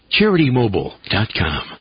CharityMobile.com